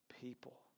people